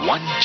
One